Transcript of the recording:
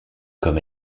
comme